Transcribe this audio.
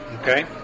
okay